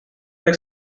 like